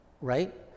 right